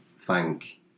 thank